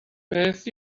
beth